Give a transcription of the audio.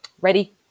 ready